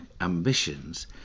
ambitions